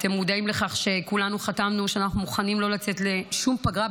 אתם מודעים לכך שכולנו חתמנו שאנחנו מוכנים לא לצאת לשום פגרה,